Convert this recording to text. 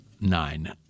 Nine